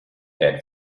had